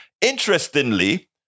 Interestingly